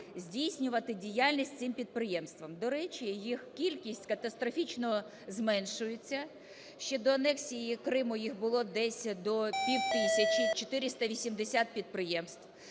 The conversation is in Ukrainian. здійснювати діяльність цим підприємствам. До речі, їх кількість катастрофічно зменшується, ще до анексії Криму їх було десь до півтисячі, 480 підприємств.